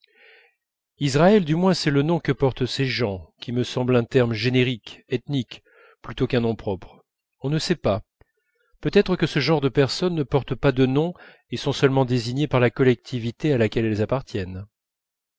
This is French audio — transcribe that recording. israël du moins c'est le nom que portent ces gens qui me semble un terme générique ethnique plutôt qu'un nom propre on ne sait pas peut-être que ce genre de personnes ne portent pas de noms et sont seulement désignées par la collectivité à laquelle elles appartiennent